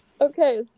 Okay